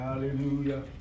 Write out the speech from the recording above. Hallelujah